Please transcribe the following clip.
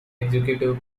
executive